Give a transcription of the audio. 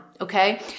Okay